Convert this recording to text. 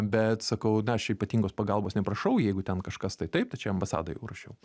bet sakau na aš čia ypatingos pagalbos neprašau jeigu ten kažkas tai taip tai čia ambasadai jau rašiau